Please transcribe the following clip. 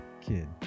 kid